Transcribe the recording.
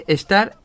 estar